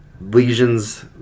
lesions